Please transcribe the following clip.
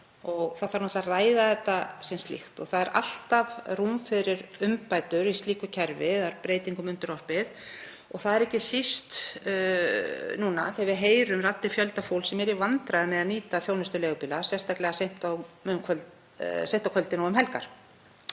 og það þarf að ræða þetta sem slíkt. Það er alltaf rúm fyrir umbætur í slíku kerfi, það er breytingum undirorpið. Það á ekki síst við núna þegar við heyrum raddir fjölda fólks sem er í vandræðum með að nýta þjónustu leigubíla, sérstaklega seint á kvöldin og um helgar.